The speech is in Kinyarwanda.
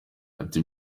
ati